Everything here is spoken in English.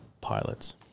pilots